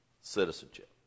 Citizenship